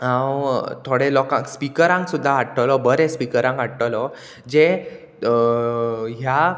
हांव थोडे लोकांक स्पिकरांक सुद्दां हाडटलो बरें स्पिकरांक हाडटलो जे ह्या